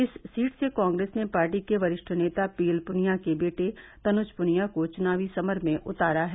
इस सीट से कांग्रेस ने पार्टी के वरिष्ठ नेता पीएल पुनिया के बेटे तनुज पुनिया को चुनावी समर में उतारा है